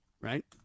Right